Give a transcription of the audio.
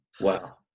Wow